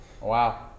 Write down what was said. Wow